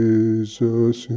Jesus